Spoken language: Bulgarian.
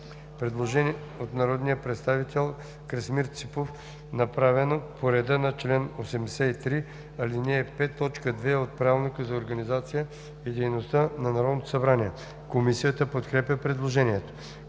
Предложение от народния представител Красимир Ципов, направено по реда на чл. 83, ал. 5, т. 2 от Правилника за организацията и дейността на Народното събрание. Комисията подкрепя предложението.